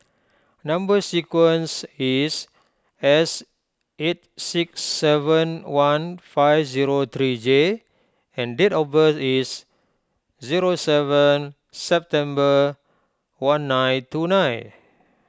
Number Sequence is S eight six seven one five zero three J and date of birth is zero seven September one nine two nine